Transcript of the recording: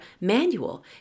manual